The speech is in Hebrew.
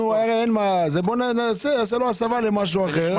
בוא נעשה לו הסבה למשהו אחר.